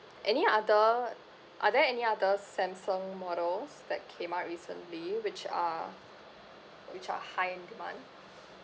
any other are there any other samsung models that came out recently which are which are high in demand